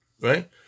right